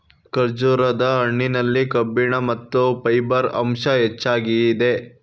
ಖರ್ಜೂರದ ಹಣ್ಣಿನಲ್ಲಿ ಕಬ್ಬಿಣ ಮತ್ತು ಫೈಬರ್ ಅಂಶ ಹೆಚ್ಚಾಗಿದೆ